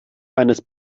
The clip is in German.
eines